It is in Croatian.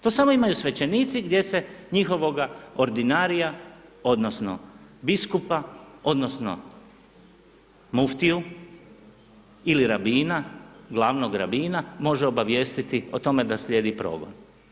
To samo imaju svećenici gdje se njihovoga ordinarija odnosno biskupa odnosno muftiju ili rabina, glavnog rabina može obavijestiti o tome da slijedi progon.